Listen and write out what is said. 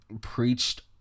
preached